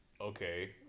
okay